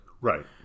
Right